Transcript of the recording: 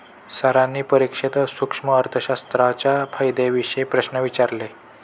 सरांनी परीक्षेत सूक्ष्म अर्थशास्त्राच्या फायद्यांविषयी प्रश्न विचारले